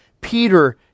Peter